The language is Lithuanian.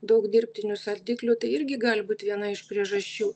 daug dirbtinių saldiklių tai irgi gali būti viena iš priežasčių